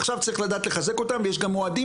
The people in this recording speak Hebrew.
ועכשיו צריך לדעת לחזק אותם ויש גם מועדים